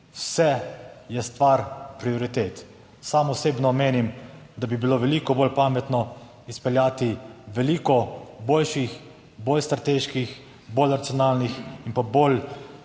Vse je stvar prioritet. Sam osebno menim, da bi bilo veliko bolj pametno izpeljati veliko boljših, bolj strateških, bolj racionalnih in pa bolj